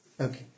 Okay